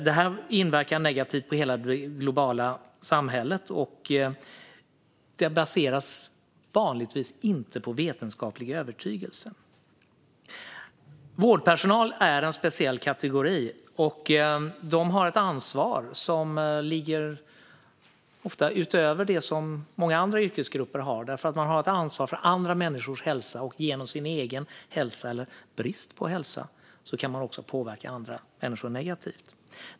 Det här inverkar negativt på hela det globala samhället, och det baseras vanligtvis inte på vetenskaplig övertygelse. Vårdpersonal är en speciell kategori och har ett ansvar som ofta ligger utöver det som många andra yrkesgrupper har eftersom man har ett ansvar för andra människors hälsa. Genom sin egen hälsa, eller brist på hälsa, kan man också påverka andra människor negativt.